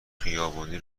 خیابانی